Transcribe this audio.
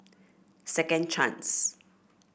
Second Chance